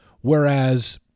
whereas